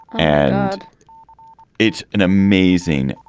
and it's an amazing,